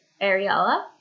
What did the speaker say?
Ariella